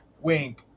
wink